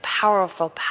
powerful